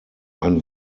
ein